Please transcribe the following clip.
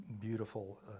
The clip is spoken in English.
beautiful